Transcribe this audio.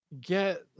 Get